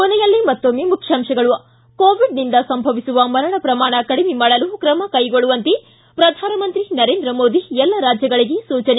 ಕೊನೆಯಲ್ಲಿ ಮತ್ತೊಮ್ಮೆ ಮುಖ್ಯಾಂಶಗಳು ಿ ಕೋವಿಡ್ನಿಂದ ಸಂಭವಿಸುವ ಮರಣ ಪ್ರಮಾಣ ಕಡಿಮೆ ಮಾಡಲು ಕ್ರಮ ಕೈಗೊಳ್ಳುವಂತೆ ಪ್ರಧಾನಮಂತ್ರಿ ನರೇಂದ್ರ ಮೋದಿ ಎಲ್ಲ ರಾಜ್ಜಗಳಿಗೆ ಸೂಚನೆ